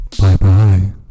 Bye-bye